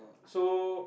so